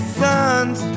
sons